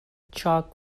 chalk